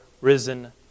risen